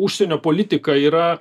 užsienio politika yra